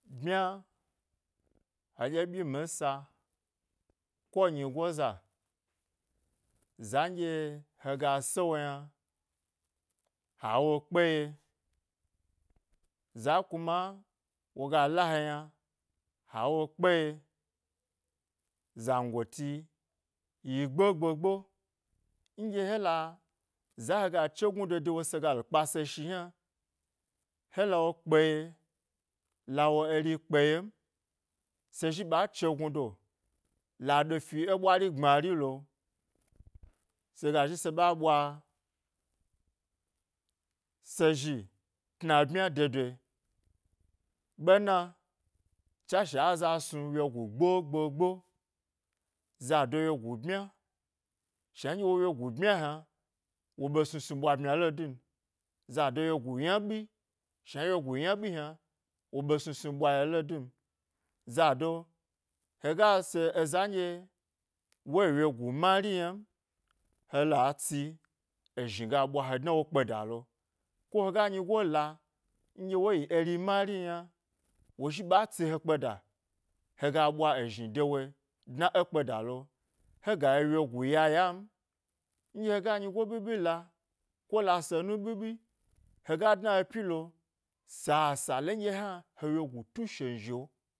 Bmya heɗye ɓyi minsa, ko nyigoza za nɗye hega se wo yna ha wo kpe ye za kuma woga la he yna wo kpe ye zangoti yi gbogbo nɗye hela zawo ga chegnudo de we sega le kpase shi hna hela kpeye la wori kpe yem se zhi ɓa chegnu do la ɗo fi ɓwari gbmari lo sega zhi se ɓa ɓwa se zhi tna bmya dedoe ɓena tswashe aza snu wyegu gbo gbo gbo zado wyegu bmya, shna nɗye wo wyegu bmya hna wo ɓe snu snu ɓwa bmya lo dun zado wyegu ynaɓi shna wyegu ynaɓi hna wo ɓe snusnu ɓwayi lodun zado hega se eza nɗye wo yi wyegu mari ynan, hela tsi ezhni ga ɓwa he dna wo kpeda lo, ko hega nyigo la nɗye woyi eri marin yna wozhi ɓa tsi he kpeda hega ɓwa ezhnide woe dna e kpada lo hega yi wyegi yaya, nɗye hega ɓiɓi la kola se nu ɓiɓi hega dna he pyilo sasale nɗye hna he wyegu tu shenzhi'o.